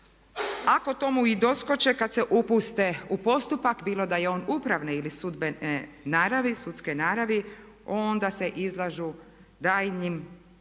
Ako tome i doskoče kad se upuste u postupak bilo da je on upravne ili sudbene naravi, sudske naravi, onda